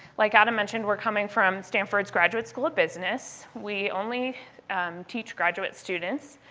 like adam mentioned, we're coming from stanford's graduate school of business. we only teach graduate students.